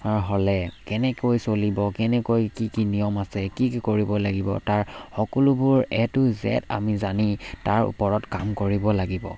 হ'লে কেনেকৈ চলিব কেনেকৈ কি কি নিয়ম আছে কি কি কৰিব লাগিব তাৰ সকলোবোৰ এ টু জেড আমি জানি তাৰ ওপৰত কাম কৰিব লাগিব